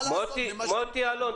מה לעשות --- מוטי אלוני,